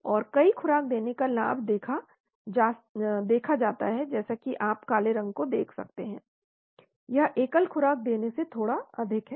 और कई खुराक देने का लाभ देखा जाता है जैसा कि आप काले रंग को देख सकते हैं यह एकल खुराक देने से थोड़ा अधिक है